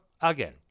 again